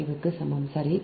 5 க்கு சமம் சரி